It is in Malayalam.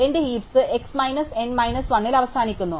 അതിനാൽ എന്റെ heaps x minus n minus 1 ൽ അവസാനിക്കുന്നു